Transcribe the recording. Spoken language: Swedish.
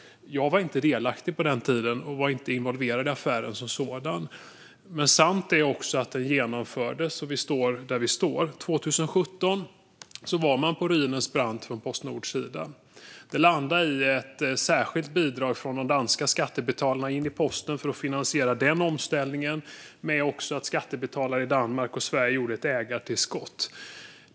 Jag var inte delaktig på den tiden och var inte involverad i affären som sådan. Men sant är att den genomfördes, och vi står där vi står. År 2017 var Postnord på ruinens brant. Det landade i ett särskilt bidrag från de danska skattebetalarna in i posten för att finansiera omställningen men också i att skattebetalare i Danmark och Sverige gjorde ett ägartillskott.